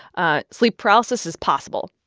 ah sleep paralysis is possible.